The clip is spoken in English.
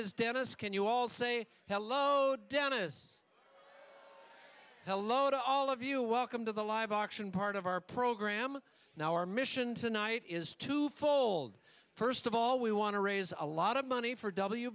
is dennis can you all say hello dennis hello to all of you welcome to the live action part of our program now our mission tonight is twofold first of all we want to raise a lot of money for w